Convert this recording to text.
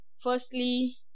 Firstly